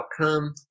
outcome